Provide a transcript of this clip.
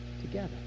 together